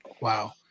Wow